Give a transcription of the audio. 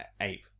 ape